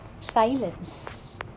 silence